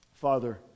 Father